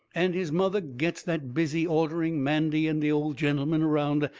and his mother gets that busy ordering mandy and the old gentleman around,